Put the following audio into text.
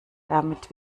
damit